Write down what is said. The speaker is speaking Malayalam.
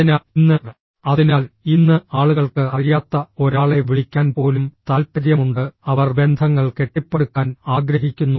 അതിനാൽ ഇന്ന് അതിനാൽ ഇന്ന് ആളുകൾക്ക് അറിയാത്ത ഒരാളെ വിളിക്കാൻ പോലും താൽപ്പര്യമുണ്ട് അവർ ബന്ധങ്ങൾ കെട്ടിപ്പടുക്കാൻ ആഗ്രഹിക്കുന്നു